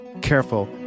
careful